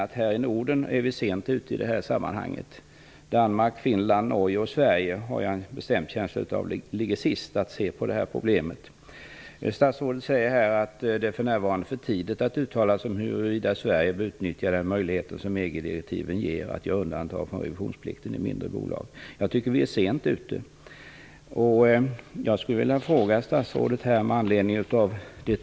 Jag har en bestämd känsla av att Danmark, Finland, Norge och Sverige ligger sist med att ta tag i det här problemet. Statsrådet säger att det för närvarande är för tidigt att uttala sig om huruvida Sverige bör utnyttja den möjlighet som EG-direktiven ger att göra undantag från revisionplikten i mindre bolag. Jag tycker att vi är sent ute.